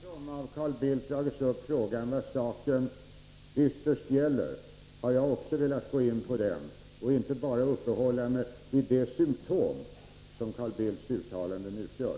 Herr talman! Eftersom Carl Bildt tagit upp frågan om vad saken ytterst gäller, har jag också velat gå in på den och inte bara uppehålla mig vid de symtom som Carl Bildts uttalanden utgör.